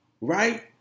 Right